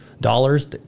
dollars